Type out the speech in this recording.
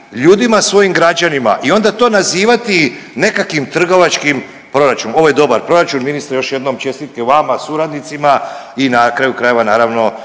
ljudima svojim građanima i onda to nazivati nekakim trgovačkim proračunom. Ovo je dobar proračun, ministre još jednom čestitke vama, suradnicima i na kraju krajeva naravno